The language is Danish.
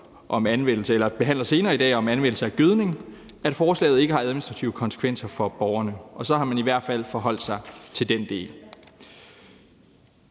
om anvendelse af gødning, som vi behandler senere i dag, at det ikke har administrative konsekvenser for borgerne, og så har man i hvert fald forholdt sig til den del